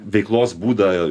veiklos būdą